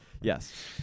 Yes